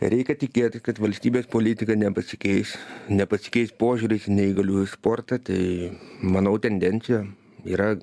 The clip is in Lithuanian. reikia tikėti kad valstybės politika nepasikeis nepasikeis požiūris į neįgaliųjų sportą tai manau tendencija yra